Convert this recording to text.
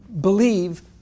believe